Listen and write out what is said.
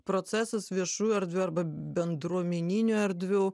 procesas viešų erdvių arba bendruomeninių erdvių